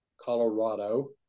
colorado